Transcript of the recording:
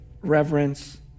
reverence